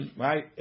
right